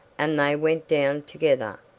and they went down together.